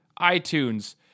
iTunes